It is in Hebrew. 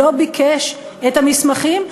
את המסמכים.